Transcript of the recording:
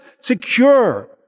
secure